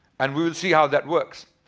and we will see how that works.